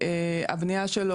הבנייה שלו,